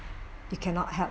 we cannot help